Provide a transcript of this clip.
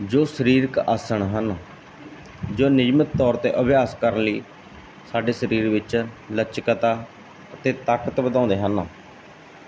ਜੋ ਸਰੀਰਕ ਆਸਨ ਹਨ ਜੋ ਨਿਯਮਤ ਤੌਰ 'ਤੇ ਅਭਿਆਸ ਕਰਨ ਲਈ ਸਾਡੇ ਸਰੀਰ ਵਿੱਚ ਲਚਕਤਾ ਅਤੇ ਤਾਕਤ ਵਧਾਉਂਦੇ ਹਨ